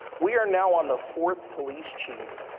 we are now on the fourth police chief